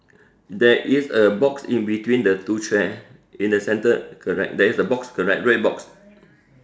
there is a box in between the two chair in the centre correct there is a box correct red box